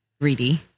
greedy